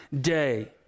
day